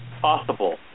possible